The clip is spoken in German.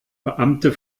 beamte